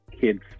kids